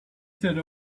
said